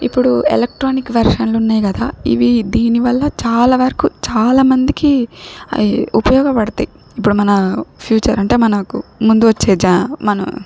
ఇప్పుడు ఎలక్ట్రానిక్ వెర్షన్లు ఉన్నాయి కదా ఇవి దీని వల్ల చాలా వరకు చాలా మందికి అవి ఉపయోగపడతాయి ఇప్పుడు మన ఫ్యూచర్ అంటే మనకు ముందు వచ్చే జా మన